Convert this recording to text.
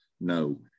No